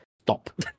stop